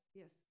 yes